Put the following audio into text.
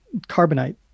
carbonite